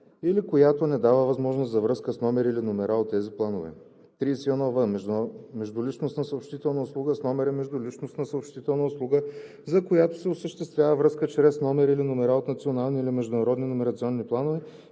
или която не дава възможност за връзка с номер или номера от тези планове. 31в. „Междуличностна съобщителна услуга с номер“ е междуличностна съобщителна услуга, за която се осъществява връзка чрез номер или номера от национални или международни номерационни планове,